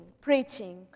preaching